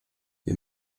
wir